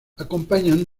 acompañan